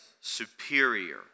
superior